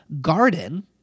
Garden